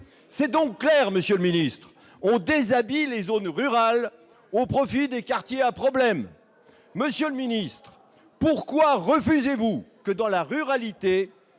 C'est donc clair, monsieur le ministre : on déshabille les zones rurales au profit des quartiers à problèmes ! Oh ! Monsieur le ministre, pourquoi refusez-vous que, dans la ruralité,